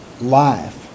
Life